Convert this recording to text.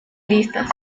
listas